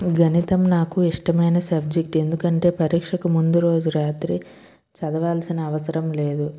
గణితం నాకు ఇష్టమైన సబ్జెక్ట్ ఎందుకంటే పరీక్షకు ముందు రోజు రాత్రి చదవాల్సిన అవసరం లేదు